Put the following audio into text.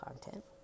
content